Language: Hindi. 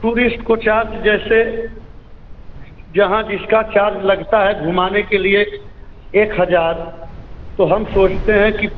टूरिस्ट को चार्ज जैसे जहाँ जिसका चार्ज लगता है घुमाने के लिए एक हजार तो हम सोचते हैं कि